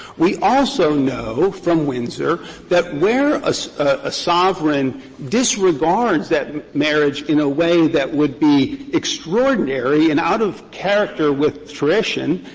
we also know from windsor that where a a sovereign disregards that marriage in a way that would be extraordinary and out of character with tradition,